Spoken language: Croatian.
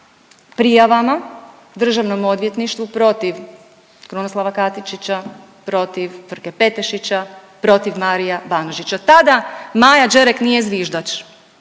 prijavama Državnom odvjetništvu protiv Krunoslava Katičića, protiv Frke Petešića, protiv Maria Banožića. Tada Maja Đerek nije zviždač